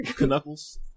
Knuckles